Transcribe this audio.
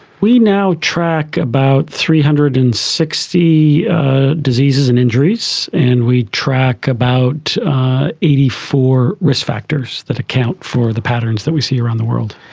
we now track about three hundred and sixty diseases and injuries and we track about eighty four risk factors that account for the patterns that we see around the world.